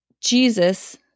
Jesus